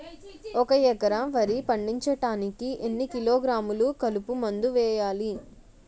ఒక ఎకర వరి పండించటానికి ఎన్ని కిలోగ్రాములు కలుపు మందు వేయాలి?